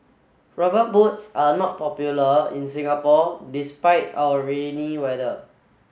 rubber boots are not popular in Singapore despite our rainy weather